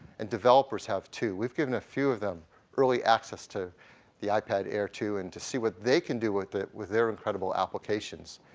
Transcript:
and developers have too. we've given a few of them early access to the ipad air two and to see what they can do with it with their incredible applications.